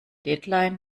deadline